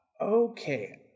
Okay